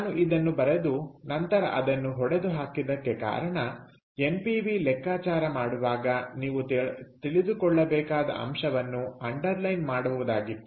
ನಾನು ಇದನ್ನು ಬರೆದು ನಂತರ ಅದನ್ನು ಹೊಡೆದು ಹಾಕಿದ್ದಕ್ಕೆ ಕಾರಣ ಎನ್ಪಿವಿ ಲೆಕ್ಕಾಚಾರ ಮಾಡುವಾಗ ನೀವು ತಿಳಿದುಕೊಳ್ಳಬೇಕಾದ ಅಂಶವನ್ನು ಅಂಡರ್ಲೈನ್ ಮಾಡುವುದಾಗಿತ್ತು